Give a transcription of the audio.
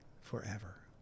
forever